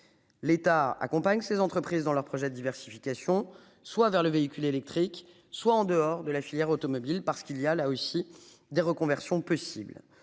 L'État accompagne ces entreprises dans leur projet diversification soit vers le véhicule électrique soit en dehors de la filière automobile parce qu'il y a là aussi des reconversions possibles.